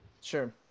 Sure